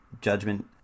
judgment